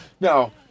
Now